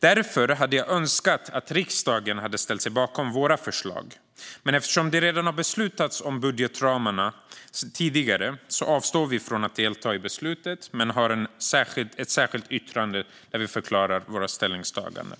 Därför hade jag önskat att riksdagen hade ställt sig bakom våra förslag, men eftersom budgetramarna redan är beslutade avstår vi från att delta i beslutet. Vi har dock ett särskilt yttrande där vi förklarar våra ställningstaganden.